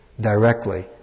directly